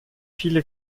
viele